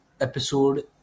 episode